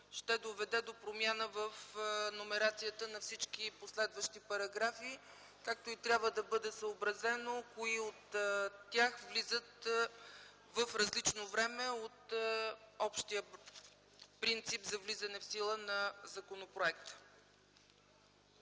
ще доведе до промяна в номерацията на всички последващи параграфи. Трябва да бъде съобразено също кои от тях влизат в различно време от общия принцип за влизане в сила на закона.